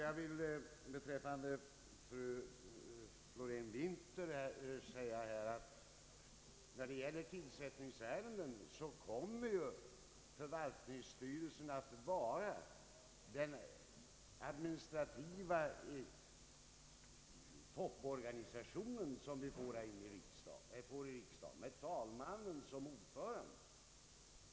Till fru Florén-Winther vill jag säga att förvaltningsstyrelsen ju kommer att vara den administrativa topporganisationen i enkammarriksdagen med talmannen som ordförande.